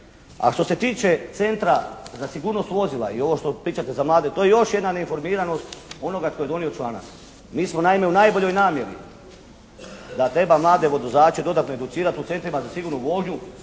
A što se tiče Centra za sigurnost vozila i ovo što pričate za mlade to je još jedna neinformiranost onoga tko je donio članak. Mi smo naime u najboljoj namjeri da treba mlade vozače dodatno educirati u centrima za sigurnu vožnju